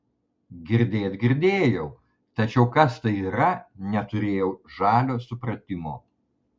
girdėt girdėjau tačiau kas tai yra neturėjau žalio supratimo